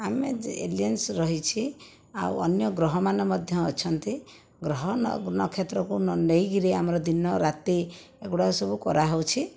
ଆମେ ଯେ ଏଲିଏନ୍ସ ରହିଛି ଆଉ ଅନ୍ୟ ଗ୍ରହମାନେ ମଧ୍ୟ ଅଛନ୍ତି ଗ୍ରହ ନ ନକ୍ଷେତ୍ରକୁ ନ ନେଇକରି ଆମର ଦିନରାତି ଏଗୁଡ଼ାକ ସବୁ କରାହେଉଛି